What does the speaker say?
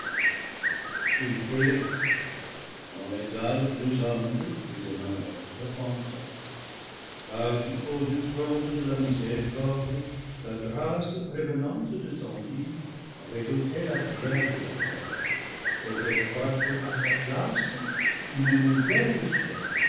ils priaient dans l'état le plus humble ils demeuraient repentants car du haut du trône de la miséricorde la grâce prévenante descendue avait ôté la pierre de leurs coeurs et fait croître à sa place une nouvelle chair